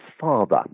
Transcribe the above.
father